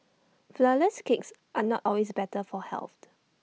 Flourless Cakes are not always better for health